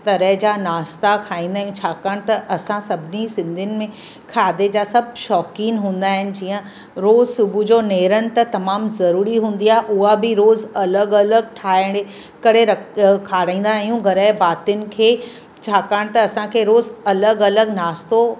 तरह जा नाश्ता खाईंदा आहियूं छाकाणि त असां सभिनी सिंधीयुनि में खाधे जा सभु शौक़ीनि हूंदा आहिनि जीअं रोज़ सुबुह जो नेरनि त तमामु ज़रुरी हूंदी आहे उहा बि रोज़ अलॻि अलॻि ठाहिण करे खाराईंदा आहियूं घर ऐं भातीनि खे छाकाणि त असांखे रोज़ अलॻि अलॻि नाश्तो